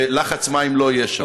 שלחץ מים לא יהיה שם.